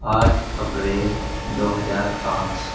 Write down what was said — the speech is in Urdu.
آٹھ اپریل دو ہزار پانچ